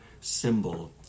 symbol